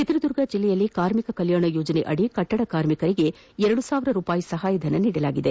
ಚಿತ್ರದುರ್ಗ ಜಿಲ್ಲೆಯಲ್ಲಿ ಕಾರ್ಮಿಕ ಕಲ್ಲಾಣ ಯೋಜನೆಯಡಿ ಕಟ್ಟಡ ಕಾರ್ಮಿಕರಿಗೆ ಎರಡು ಸಾವಿರ ರೂಪಾಯಿ ಸಹಾಯಧನ ನೀಡಲಾಗಿದೆ